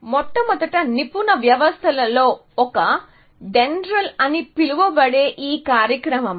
మొట్టమొదటి నిపుణ వ్యవస్థలలో ఒకటి డెండ్రాళ్ అని పిలువబడే ఈ కార్యక్రమం